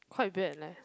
quite bad leh